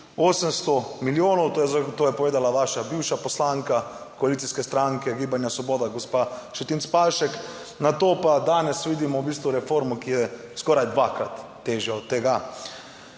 800 milijonov, to je povedala vaša bivša poslanka koalicijske stranke Gibanja svoboda, gospa Šetinc Pašek, na to pa danes vidimo v bistvu reformo, ki je skoraj dvakrat težja od tega.